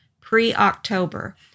pre-October